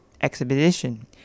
expedition